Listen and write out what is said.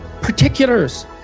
particulars